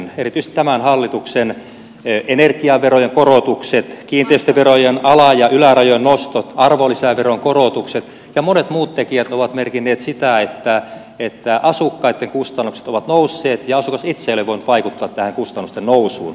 erityisesti tämän hallituksen energiaverojen korotukset kiinteistöverojen ala ja ylärajojen nostot arvonlisäveron korotukset ja monet muut tekijät ovat merkinneet sitä että asukkaitten kustannukset ovat nousseet ja asukas itse ei ole voinut vaikuttaa tähän kustannusten nousuun